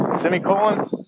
semicolon